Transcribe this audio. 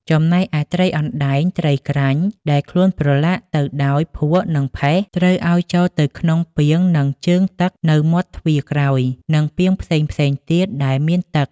ចំណែកឯត្រីអណ្ដែង ត្រីក្រាញ់ ដែលខ្លួនប្រឡាក់ទៅដោយភក់ និងផេះ ត្រូវឲ្យចូលទៅក្នុងពាង និងជើងទឹកនៅមាត់ទ្វារក្រោយ និងពាងផ្សេងៗទៀតដែលមានទឹក។